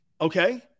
Okay